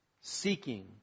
seeking